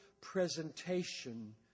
presentation